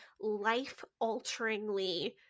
life-alteringly